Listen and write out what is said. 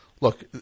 look